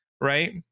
right